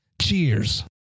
Cheers